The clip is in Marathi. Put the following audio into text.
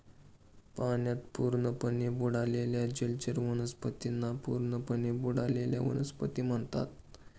पाण्यात पूर्णपणे बुडालेल्या जलचर वनस्पतींना पूर्णपणे बुडलेल्या वनस्पती म्हणतात